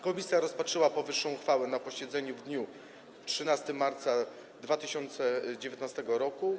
Komisja rozpatrzyła powyższą uchwałę na posiedzeniu w dniu 13 marca 2019 r.